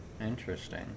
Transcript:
Interesting